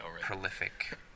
prolific